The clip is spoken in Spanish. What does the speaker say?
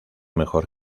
mejor